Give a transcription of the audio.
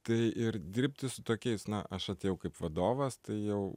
tai ir dirbti su tokiais na aš atėjau kaip vadovas tai jau